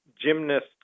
gymnast